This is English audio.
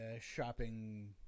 shopping